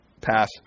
pass